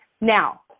now